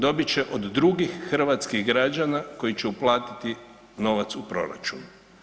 Dobit će od drugih hrvatskih građana koji će uplatiti novac u proračun.